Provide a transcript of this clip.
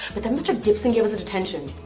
but then mr. gibson gave us a detention.